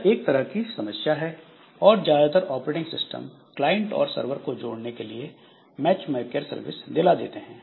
यह एक तरह की समस्या है और ज्यादातर ऑपरेटिंग सिस्टम क्लाइंट और सर्वर को जोड़ने के लिए मैचमेकर सर्विस दिला देते हैं